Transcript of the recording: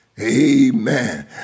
Amen